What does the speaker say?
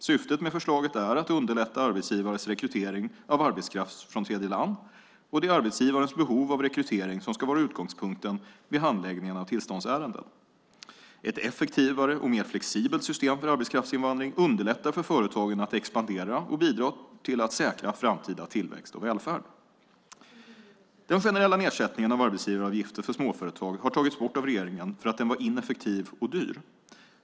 Syftet med förslaget är att underlätta arbetsgivares rekrytering av arbetskraft från tredjeland, och det är arbetsgivarens behov av rekrytering som ska vara utgångspunkten vid handläggningen av tillståndsärenden. Ett effektivare och mer flexibelt system för arbetskraftsinvandring underlättar för företagen att expandera och bidrar till att säkra framtida tillväxt och välfärd. Den generella nedsättningen av arbetsgivaravgifter för småföretag har tagits bort av regeringen för att den var ineffektiv och dyr.